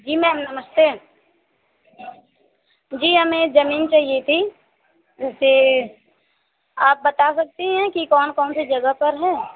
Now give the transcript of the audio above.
जी ma'am नमस्ते जी हमें ज़मीन चाहिए थी जैसे आप बता सकते हैं कि कौन कौन सी जगह पर है